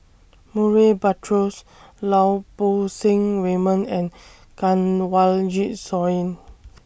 Murray Buttrose Lau Poo Seng Raymond and Kanwaljit Soin